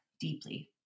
deeply